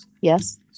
Yes